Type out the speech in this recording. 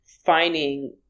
finding